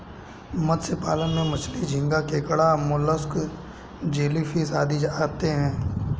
मत्स्य पालन में मछली, झींगा, केकड़ा, मोलस्क, जेलीफिश आदि आते हैं